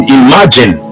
imagine